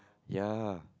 ya